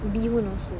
bee hoon also